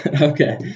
Okay